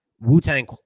Wu-Tang